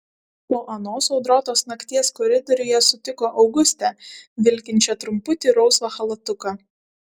po anos audrotos nakties koridoriuje sutiko augustę vilkinčią trumputį rausvą chalatuką